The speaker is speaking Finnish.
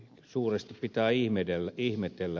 suuresti pitää ihmetellä